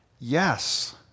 Yes